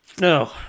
no